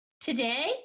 today